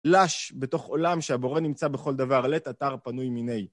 לש, בתוך עולם שהבורא נמצא בכל דבר, לית אתר פנוי מיניה.